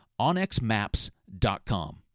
onxmaps.com